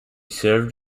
served